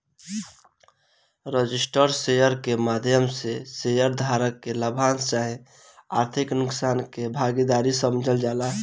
registered share के माध्यम से शेयर धारक के लाभांश चाहे आर्थिक नुकसान के भागीदार समझल जाला